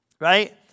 right